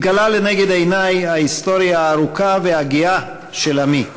מתגלה לנגד עיני ההיסטוריה הארוכה והגאה של עמי.